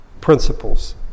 principles